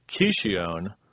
Kishion